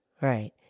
Right